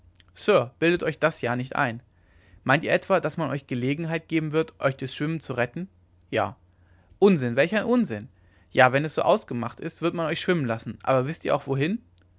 sir bildet euch das ja nicht ein meint ihr etwa daß man euch gelegenheit geben wird euch durchs schwimmen zu retten ja unsinn welch ein unsinn ja wenn es so ausgemacht ist wird man euch schwimmen lassen aber wißt ihr auch wohin